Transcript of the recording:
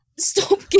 Stop